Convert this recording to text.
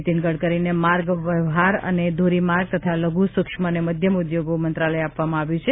નિતીન ગડકરીને માર્ગ વ્યવહાર અને ધોરી માર્ગ તથા લધુ સુક્ષ્મ અને મધ્યમ ઉદ્યોગો મંત્રાલય આપવામાં આવ્યું છે